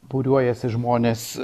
būriuojasi žmonės